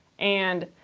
and,